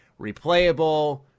replayable